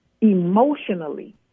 emotionally